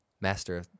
Master